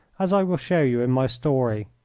as i will show you in my story.